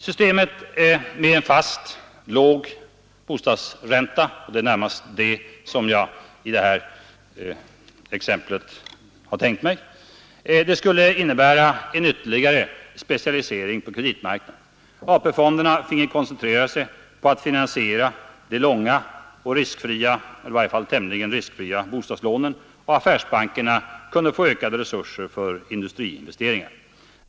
Systemet med en fast, låg bostadsränta— och det är närmast detta som jag i det här exemplet har tänkt mig — skulle innebära en ytterligare specialisering på kreditmarknaden. AP-fonderna finge koncentrera sig på att finansiera de långa och i varje fall tämligen riskfria bostadslånen och affärsbankerna kunde få ökade resurser för industriinvesteringar.